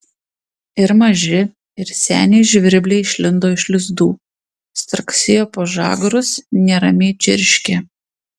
ir maži ir seniai žvirbliai išlindo iš lizdų straksėjo po žagarus neramiai čirškė